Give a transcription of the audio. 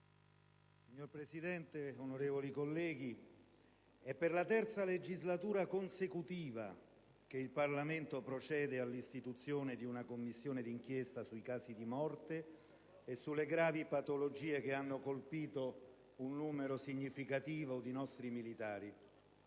Signor Presidente, onorevoli colleghi, è per la terza legislatura consecutiva che il Parlamento procede all'istituzione di una Commissione di inchiesta sui casi di morte e sulle gravi patologie che hanno colpito un numero significativo di nostri militari.